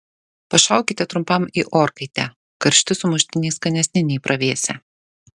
pašaukite trumpam į orkaitę karšti sumuštiniai skanesni nei pravėsę